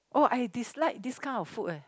oh I dislike this kind of food eh